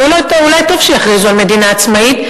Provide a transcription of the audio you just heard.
ואולי טוב שיכריזו על מדינה עצמאית,